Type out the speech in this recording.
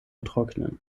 trocknen